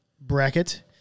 bracket